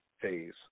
phase